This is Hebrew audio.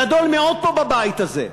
גדול מאוד, פה, בבית הזה.